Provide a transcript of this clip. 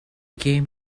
came